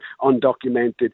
undocumented